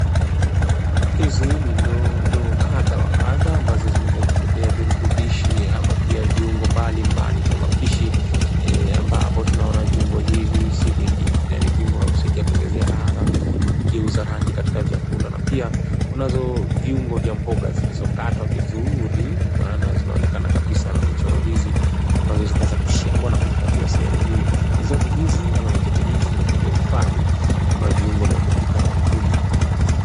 Hizi ni ndo ndoo kadha wa kadha ambazo zimeweza kubebea virutubishi ama pia viungo mbalimbali vya mapishi ambapo tunaona viungo hivi si vyingi ila ni viungo vya kusaidia kuongeza ladha kugeuza rangi katika vyakula na pia kunazo viungo vya mboga zilizokatwa vizuri maana zinaonekana kabisa na michoro hizi ambazo zikaweza kushagwa na kuhifadhiwa sehemu hii zote hizi ama mikebe hizi zimekubebea vifaa tu ama viungo vya kupika na maankuli.